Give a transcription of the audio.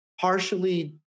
partially